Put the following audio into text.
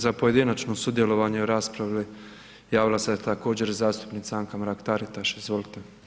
Za pojedinačno sudjelovanje u raspravi javila se također zastupnica Anka Mrak Taritaš, izvolite.